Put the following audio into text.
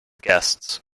guests